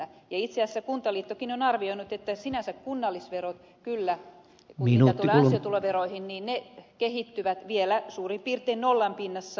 itse asiassa kuntaliittokin on arvioinut että sinänsä kunnallisverot kyllä mitä tulee ansiotuloveroihin kehittyvät vielä suurin piirtein nollan pinnassa